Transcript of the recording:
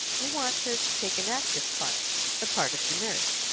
we want her to take an active part the part of the nurse.